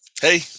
Hey